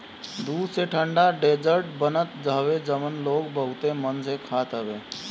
दूध से ठंडा डेजर्ट बनत हवे जवन लोग बहुते मन से खात हवे